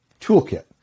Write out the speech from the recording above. Toolkit